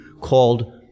called